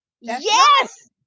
Yes